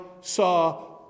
saw